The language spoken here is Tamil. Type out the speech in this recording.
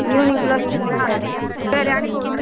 ஈவினிங்குள்ளே வேணுங்களாக சரி அனுப்பிவிட்றேன்